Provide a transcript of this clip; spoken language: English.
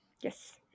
Yes